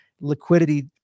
liquidity